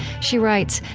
she writes,